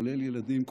כולל ילדים,